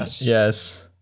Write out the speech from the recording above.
yes